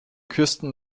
küsten